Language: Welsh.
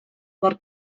mor